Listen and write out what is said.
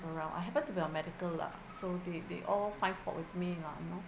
around I happened to be on medical lah so they they all find fault with me nah you know